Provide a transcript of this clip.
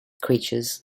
creatures